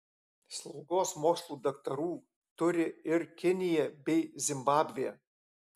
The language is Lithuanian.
slaugos mokslo daktarų turi ir kinija bei zimbabvė